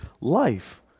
life